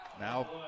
Now